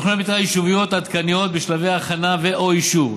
תוכניות מתאר יישוביות עדכניות בשלבי הכנה ו/או אישור,